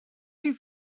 rhyw